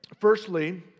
Firstly